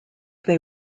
they